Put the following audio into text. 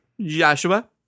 Joshua